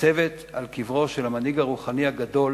ניצבת על קברו של המנהיג הרוחני הגדול